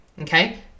okay